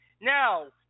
Now